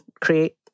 create